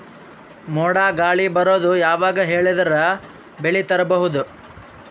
ಮೋಡ ಗಾಳಿ ಬರೋದು ಯಾವಾಗ ಹೇಳಿದರ ಬೆಳೆ ತುರಬಹುದು?